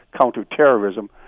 counterterrorism